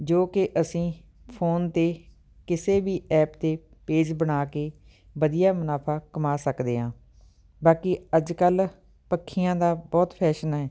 ਜੋ ਕਿ ਅਸੀਂ ਫੋਨ 'ਤੇ ਕਿਸੇ ਵੀ ਐਪ 'ਤੇ ਪੇਜ਼ ਬਣਾ ਕੇ ਵਧੀਆ ਮੁਨਾਫ਼ਾ ਕਮਾ ਸਕਦੇ ਹਾਂ ਬਾਕੀ ਅੱਜ ਕੱਲ੍ਹ ਪੱਖੀਆਂ ਦਾ ਬਹੁਤ ਫੈਸ਼ਨ ਹੈ